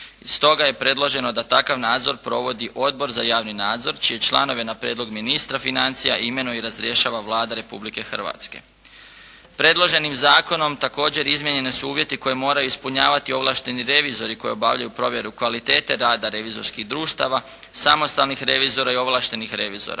I stoga je predloženo da takav nadzor provodi Odbor za javni nadzor čije članove na prijedlog ministra financija imenuje i razrješava Vlada Republike Hrvatske. Predloženim zakonom, također izmijenjeni su uvjeti koje moraju ispunjavati ovlašteni revizori koji obavljaju provjeru kvalitete rada revizorskih društava, samostalni revizora i ovlaštenih revizora.